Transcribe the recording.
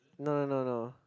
no no no no